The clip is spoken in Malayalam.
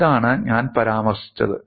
ഇതാണ് ഞാൻ പരാമർശിച്ചത്